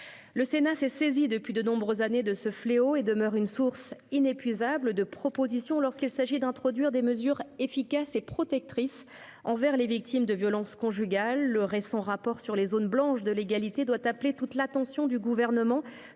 Le Sénat s'est saisi depuis de nombreuses années de ce sujet et demeure une source inépuisable de propositions lorsqu'il s'agit d'introduire des mesures efficaces et protectrices envers les victimes de violences conjugales. Le récent rapport sur les zones blanches de l'égalité doit appeler toute l'attention du Gouvernement